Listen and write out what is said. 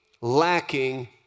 lacking